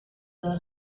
dalla